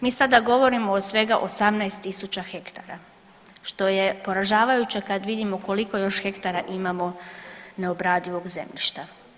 Mi sada govorimo o svega 18.000 hektara što je poražavajuće kad vidimo koliko još hektara imamo neobradivog zemljišta.